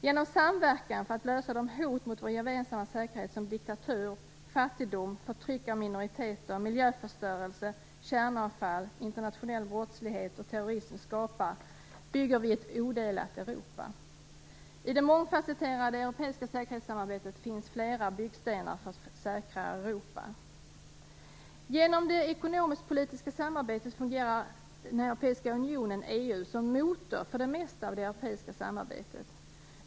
Genom samverkan för att komma till rätta med de hot mot vår gemensamma säkerhet som diktatur, fattigdom, förtryck av minoriteter, miljöförstörelse, kärnavfall, internationell brottslighet och terrorism skapar bygger vi ett odelat Europa. I det mångfacetterade europeiska säkerhetssamarbetet finns flera byggstenar för ett säkrare Europa. Genom det ekonomisk-politiska samarbetet fungerar den europeiska unionen, EU, som motor för det mesta av det europeiska samarbetet.